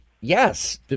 yes